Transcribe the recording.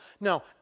Now